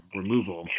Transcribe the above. removal